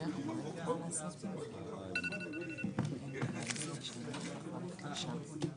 התחיל מאמירה של ראש הממשלה ב-26 בנובמבר כשהוא